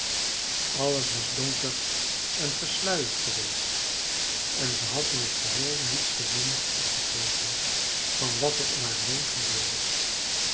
alles was donker en gesluierd geweest en ze had in t geheel niets gezien of begrepen van wat er om haar heen gebeurde